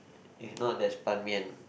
if not there is Ban Mian